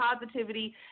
Positivity